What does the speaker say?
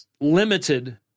limited